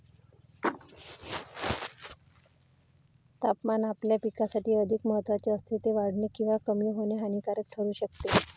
तापमान आपल्या पिकासाठी अधिक महत्त्वाचे असते, ते वाढणे किंवा कमी होणे हानिकारक ठरू शकते